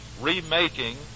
remaking